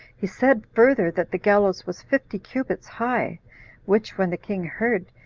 he said further, that the gallows was fifty cubits high which, when the king heard,